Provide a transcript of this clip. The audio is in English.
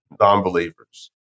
non-believers